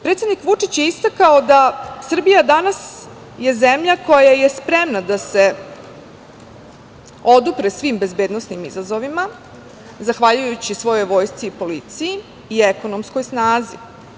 Predsednik Vučić je istakao da Srbija danas je zemlja koja je spremna da se odupre svim bezbednosnim izazovima zahvaljujući svojoj vojsci i policiji i ekonomskoj snazi.